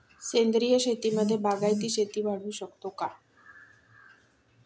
सेंद्रिय शेतीमध्ये बागायती शेती वाढवू शकतो का?